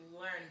learn